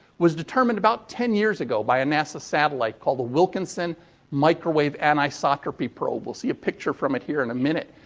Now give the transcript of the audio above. was determined about ten years ago by a nasa satellite called the wilkinson microwave anisotropy probe. we'll see a picture from it here in a minute.